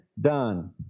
done